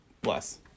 Bless